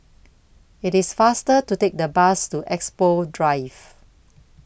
IT IS faster to Take The Bus to Expo Drive